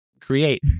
create